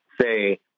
say